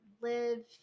live